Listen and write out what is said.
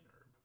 herb